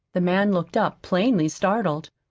the man looked up, plainly startled.